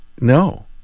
No